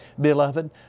Beloved